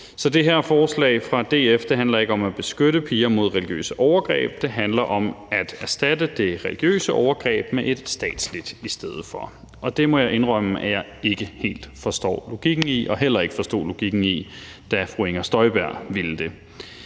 Så det her forslag fra DF handler ikke om at beskytte piger mod religiøse overgreb, det handler om at erstatte det religiøse overgreb med et statsligt i stedet for. Det må jeg indrømme at jeg ikke helt forstår logikken i og heller ikke forstod logikken i, da fru Inger Støjberg ville det,